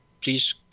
please